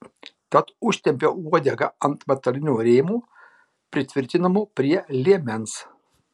tad užtempiau uodegą ant metalinio rėmo pritvirtinamo prie liemens